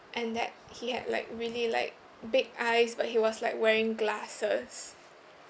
and that he had like really like big eyes but he was like wearing glasses